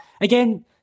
Again